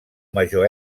major